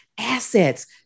assets